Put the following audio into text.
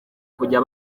kujya